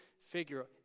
figure